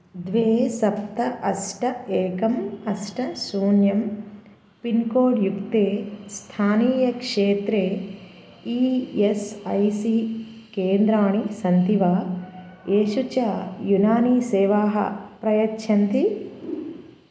द्वे सप्त अष्ट एकम् अष्ट शून्यं पिन्कोड्युक्ते स्थानीयक्षेत्रे ई एस् ऐ सी केन्द्राणि सन्ति वा येषु च युनानी सेवाः प्रयच्छन्ति